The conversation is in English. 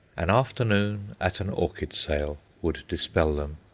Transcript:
an afternoon at an orchid sale would dispel them.